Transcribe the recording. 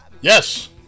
yes